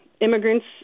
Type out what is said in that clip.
immigrants